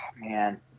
man